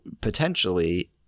potentially